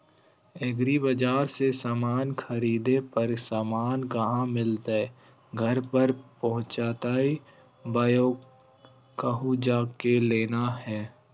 एग्रीबाजार से समान खरीदे पर समान कहा मिलतैय घर पर पहुँचतई बोया कहु जा के लेना है?